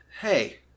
hey